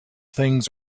things